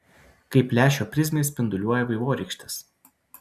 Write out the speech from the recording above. kaip lęšio prizmės spinduliuoja vaivorykštes